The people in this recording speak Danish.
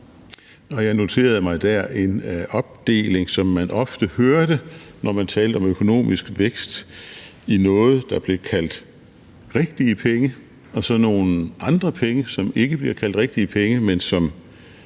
Jeg noterede mig der en opdeling, som man ofte hørte, når man talte om økonomisk vækst, i noget, der blev kaldt rigtige penge, og så i noget andet, som ikke blev kaldt rigtige penge, altså